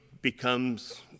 becomes